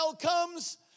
comes